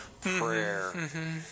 prayer